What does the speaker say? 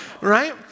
right